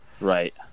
Right